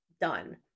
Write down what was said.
done